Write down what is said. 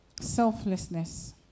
Selflessness